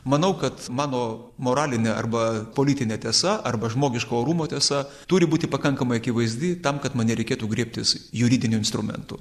manau kad mano moralinė arba politinė tiesa arba žmogiško orumo tiesa turi būti pakankamai akivaizdi tam kad man nereikėtų griebtis juridinių instrumentų